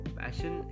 passion